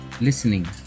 listening